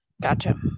Gotcha